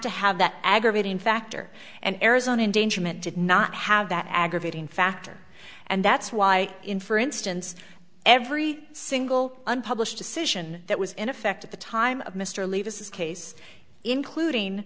to have that aggravating factor and arizona endangerment did not have that aggravating factor and that's why in for instance every single unpublished decision that was in effect at the time of mr leaves this case including